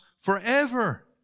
forever